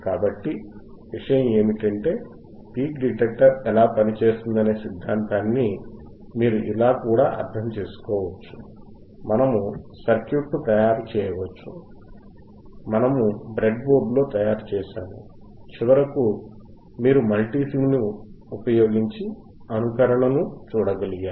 కాబట్టి విషయం ఏమిటంటే పీక్ డిటెక్టర్ ఎలా పని చేస్తుందనే సిద్ధాంతాన్ని మీరు ఇలా కూడా అర్థం చేసుకోవచ్చు అప్పుడు మనము సర్క్యూట్ను తయారు చేయవచ్చు మనము దీనిని బ్రెడ్బోర్డ్లో తయారుచేశాము మరియు చివరకు మీరు మల్టీసిమ్ను ఉపయోగించి అనుకరణను చూడగలిగారు